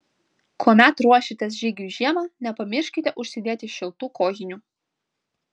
kuomet ruošiatės žygiui žiemą nepamirškite užsidėti šiltų kojinių